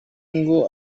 ngo